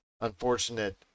unfortunate